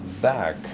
back